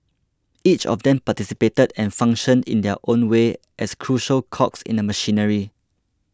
each of them participated and functioned in their own way as crucial cogs in the machinery